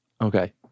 Okay